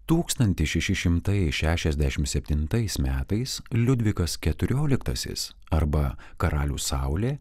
tūkstanis šeši šimtai šešiasdešimt septintais metais liudvikas keturioliktasis arba karalius saulė